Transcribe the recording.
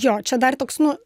jo čia dar toks nu